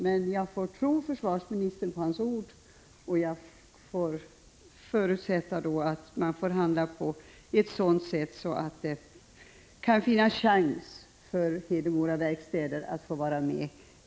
Men jag får tro försvarsministern på hans ord och förutsätta att man förhandlar på ett sådant sätt att det vid ett annat tillfälle finns chans för Hedemora Verkstäder att få vara med.